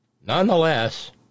Nonetheless